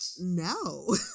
No